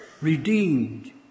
redeemed